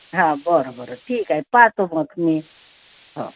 हा बरं बरं ठीक आहे पाहतो मग मी हो